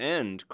end